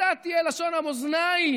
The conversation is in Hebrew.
אתה תהיה לשון המאזניים,